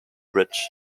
bridge